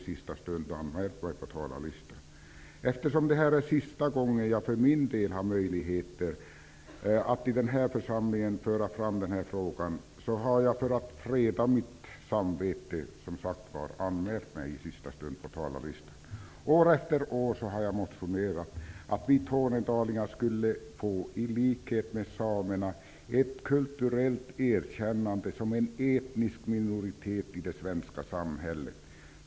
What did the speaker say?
Men eftersom detta är sista gången som jag för min del har möjlighet att föra fram den här frågan i den här församlingen har jag, för att freda mitt samvete, i sista stund anmält mig till talarlistan. År efter år har jag motionerat om att vi tornedalingar -- i likhet med samerna -- skulle få ett kulturellt erkännande som en etnisk minoritet i det svenska samhället.